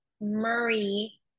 Murray